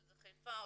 שזה בחיפה,